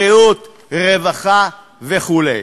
בריאות, רווחה וכו'.